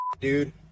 dude